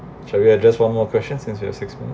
shall we are just one more question since you are six